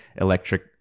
electric